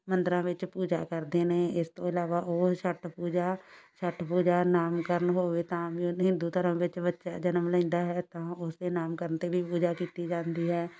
ਮੰਦਰਾਂ ਵਿੱਚ ਪੂਜਾ ਕਰਦੇ ਨੇ ਇਸ ਤੋਂ ਇਲਾਵਾ ਉਹ ਛੱਟ ਪੂਜਾ ਛੱਟ ਪੂਜਾ ਨਾਮ ਕਰਨ ਹੋਵੇ ਤਾਂ ਵੀ ਉਹ ਹਿੰਦੂ ਧਰਮ ਵਿੱਚ ਬੱਚਾ ਜਨਮ ਲੈਂਦਾ ਹੈ ਤਾਂ ਉਸਦੇ ਨਾਮ ਕਰਨ 'ਤੇ ਵੀ ਪੂਜਾ ਕੀਤੀ ਜਾਂਦੀ ਹੈ